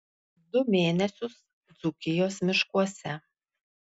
du mėnesius dzūkijos miškuose